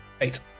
Eight